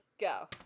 Go